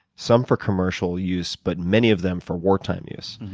some for commercial use, but many of them for wartime use.